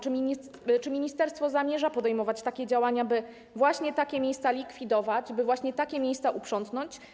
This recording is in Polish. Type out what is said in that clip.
Czy ministerstwo zamierza podejmować takie działania, by właśnie takie miejsca likwidować, by właśnie takie miejsca uprzątnąć?